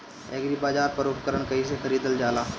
एग्रीबाजार पर उपकरण कइसे खरीदल जाला?